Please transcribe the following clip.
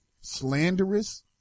slanderous